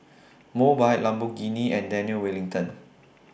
Mobike Lamborghini and Daniel Wellington